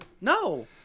No